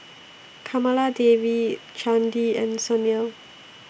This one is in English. Kamaladevi Chandi and Sunil